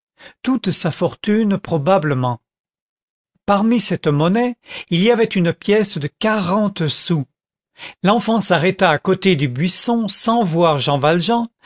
toute sa fortune probablement parmi cette monnaie il y avait une pièce de quarante sous l'enfant s'arrêta à côté du buisson sans voir jean valjean